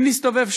אם נסתובב,